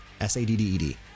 s-a-d-d-e-d